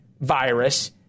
virus